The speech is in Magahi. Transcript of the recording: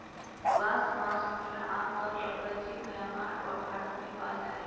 बांस मास फूलना आमतौर परचीन म्यांमार आर भारत में पाल जा हइ